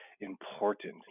important